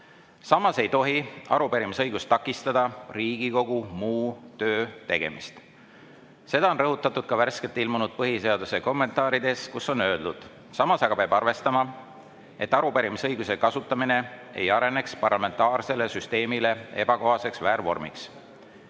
Samas ei tohi arupärimisõigus takistada Riigikogu muu töö tegemist. Seda on rõhutatud ka värskelt ilmunud põhiseaduse kommentaarides, kus on öeldud: "Samas aga peab arvestama, et arupärimisõiguse kasutamine ei areneks parlamentaarsele süsteemile ebakohaseks väärvormiks.